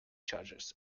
charges